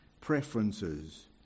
preferences